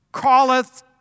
calleth